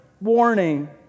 warning